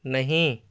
نہیں